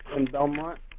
belmont